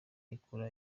ikura